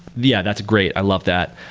yeah, that's great. i love that.